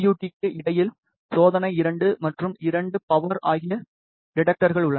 D க்கு இடையில் சோதனை 2 மற்றும் 2 பவர் ஆகிய டிடெக்டர்கள் உள்ளன